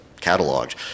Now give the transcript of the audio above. cataloged